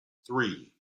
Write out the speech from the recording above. three